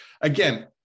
Again